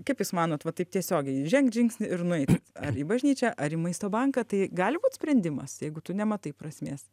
kaip jūs manot va taip tiesiogiai žengt žingsnį ir nueit ar į bažnyčią ar į maisto banką tai gali būt sprendimas jeigu tu nematai prasmės